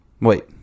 Wait